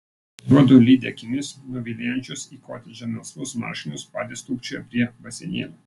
juodu lydi akimis nuvilnijančius į kotedžą melsvus marškinius patys tūpčioja prie baseinėlio